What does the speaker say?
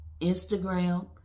Instagram